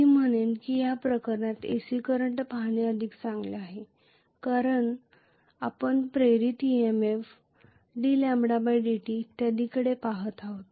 मी म्हणेन की या प्रकरणात AC करंट पाहणे अधिक चांगले आहे कारण आपण प्रेरित EMF dλdt इत्यादीकडे पहात आहोत